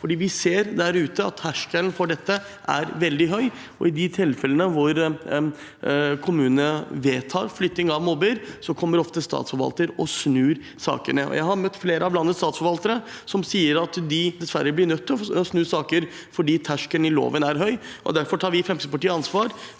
Vi ser der ute at terskelen for dette er veldig høy, og i de tilfellene hvor en kommune vedtar flytting av mobber, kommer ofte statsforvalter og snur sakene. Jeg har møtt flere av landets statsforvaltere som sier at de dessverre blir nødt til å snu saker fordi terskelen i loven er høy. Derfor tar vi i Fremskrittspartiet ansvar